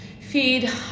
feed